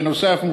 נוסף על כך,